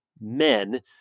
Men